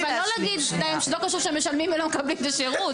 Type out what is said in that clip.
אבל לא להגיד להם לא קשור שהם משלמים ולא מקבלים את השירות.